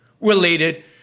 related